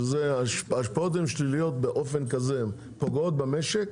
שההשפעות שליליות באופן כזה שהן פוגעות במשק,